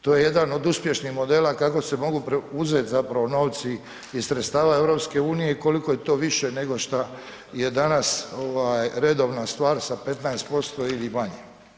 To je jedan od uspješnih modela kako se mogu uzet zapravo novci iz sredstava EU i koliko je to više nego šta je danas redovna stvar sa 15% ili manje.